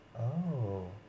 oh